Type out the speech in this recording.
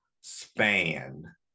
span